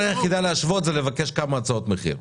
הדרך הנכונה להשוות היא לקבל כמה הצעות מחיר.